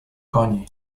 koni